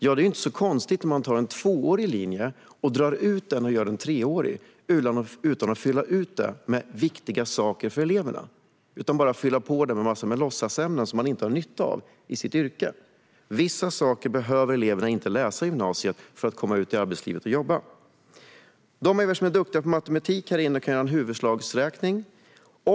Ja, det är ju inte så konstigt när man tar en tvåårig linje och drar ut den och gör den treårig utan att fylla ut den med viktiga saker för eleverna. I stället fyller man på med låtsasämnen som man inte har nytta av i sitt yrke. Vissa saker behöver eleverna inte läsa på gymnasiet för att komma ut i arbetslivet och jobba. De människor som är duktiga på matematik här inne kan göra en överslagsräkning.